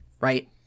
right